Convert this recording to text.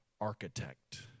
architect